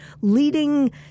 leading